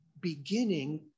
beginning